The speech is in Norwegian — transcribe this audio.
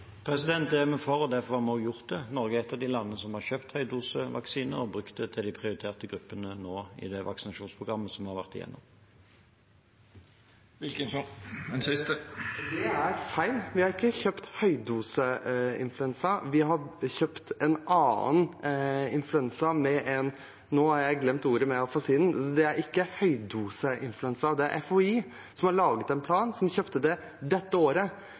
Det er vi for, og derfor har vi også gjort det. Norge er et av de landene som har kjøpt høydosevaksine og brukt det til de prioriterte gruppene nå i det vaksinasjonsprogrammet vi har vært igjennom. Det er feil. Vi har ikke kjøpt høydoseinfluensavaksine, vi har kjøpt en annen influensavaksine. Nå har jeg glemt ordet grunnet afasien, men det er ikke høydoseinfluensavaksine. FHI har laget en plan og kjøpte det dette året,